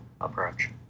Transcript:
approach